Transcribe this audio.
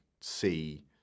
see